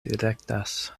direktas